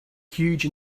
huge